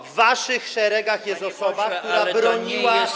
W waszych szeregach jest osoba, która broniła.